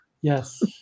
Yes